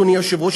אדוני היושב-ראש,